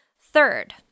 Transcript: Third